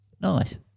Nice